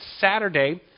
Saturday